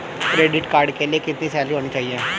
Credit card के लिए कितनी सैलरी होनी चाहिए?